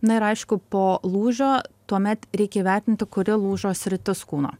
na ir aišku po lūžio tuomet reikia įvertinti kuri lūžo sritis kūno